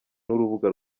n’urubuga